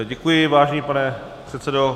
Děkuji, vážený pane předsedo.